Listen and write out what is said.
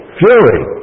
fury